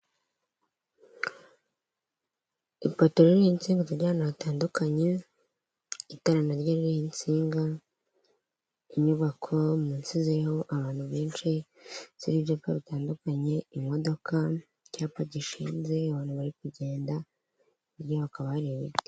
Ipoto ririho insinga zijya ahantu hatandukanye itara naryo ririnsinga, inyubako munsi ziriho abantu benshi b'ibyapa bitandukanye imodoka, icyapa gishinze, abantu bari kugendarya hakaba hari ibiti.